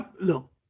Look